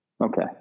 Okay